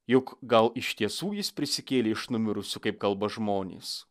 juk gal iš tiesų jis prisikėlė iš numirusių kaip kalba žmonės